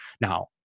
Now